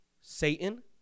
Satan